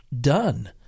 done